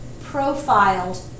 profiled